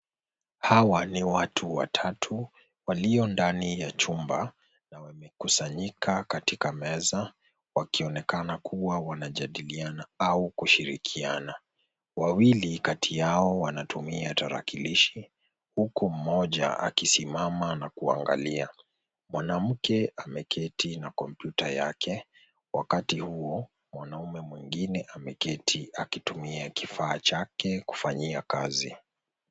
Hawa ni watu watatu walio ndani ya chumba na wamekusanyika katika meza wakionekana kuwa wanajadiliana au kushirikiana. Wawili kati yao wanatumia tarakilishi huku mmoja akisimama na kuangalia. Mwanamke ameketi na kompyuta yake. Wakati huo mwanaume mwingine ameketi akitumia kifaa chake kufanyia kazi.